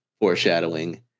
foreshadowing